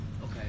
Okay